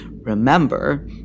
Remember